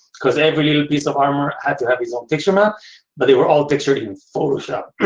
cause every little piece of armor had to have it's own picture map but they were all pictured in photoshop.